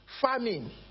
farming